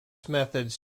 methods